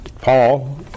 Paul